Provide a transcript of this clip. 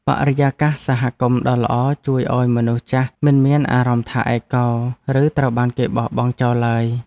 បរិយាកាសសហគមន៍ដ៏ល្អជួយឱ្យមនុស្សចាស់មិនមានអារម្មណ៍ថាឯកោឬត្រូវបានគេបោះបង់ចោលឡើយ។